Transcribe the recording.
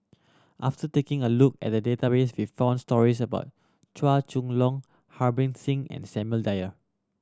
after taking a look at the database we found stories about Chua Chong Long Harbans Singh and Samuel Dyer